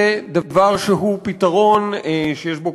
זה דבר שהוא פתרון שיש בו,